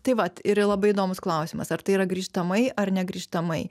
tai vat ir labai įdomus klausimas ar tai yra grįžtamai ar negrįžtamai